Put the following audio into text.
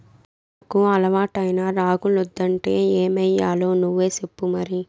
మనకు అలవాటైన రాగులొద్దంటే ఏమయ్యాలో నువ్వే సెప్పు మరి